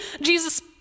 Jesus